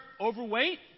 overweight